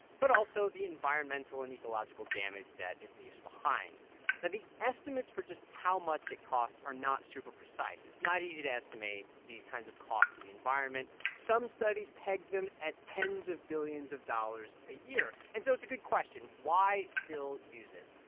but also the environmental and ecological damage that it leaves behind now, the estimates for just how much it costs are not super-precise. it's not easy to estimate these kinds of costs to the environment. some studies pegged them at tens of billions of dollars a year, and so it's a good question. why still use it?